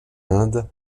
inde